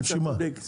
אתה צודק.